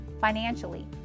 financially